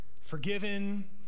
Forgiven